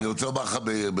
אני רוצה לומר לך מידיעה,